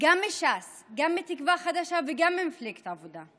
גם מש"ס, גם מתקווה חדשה וגם ממפלגת העבודה.